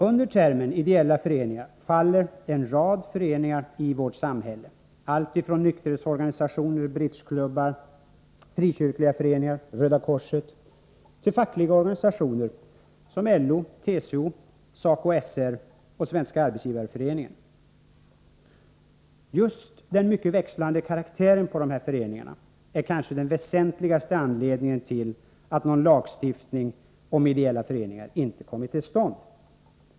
Under termen ideella föreningar faller en rad föreningar i vårt samhälle, alltifrån nykterhetsorganisationer, bridgeklubbar, frikyrkliga föreningar och Röda korset till fackliga organisationer som LO, TCO och SACO/SR liksom Svenska arbetsgivareföreningen. Just den mycket växlande karaktären på dessa föreningar är kanske den väsentligaste anledningen till att någon lagstiftning om ideella föreningar inte kommit till stånd.